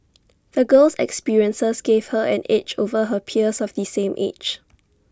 the girl's experiences gave her an edge over her peers of the same age